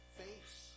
face